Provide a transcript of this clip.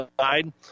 side